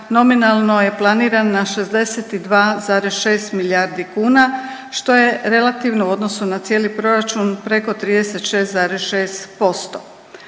nominalno je planiran na 62,6 milijardi kuna što je relativno u odnosu na cijeli proračun preko 36,6%.